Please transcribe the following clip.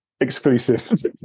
exclusive